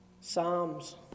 Psalms